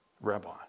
Rabbi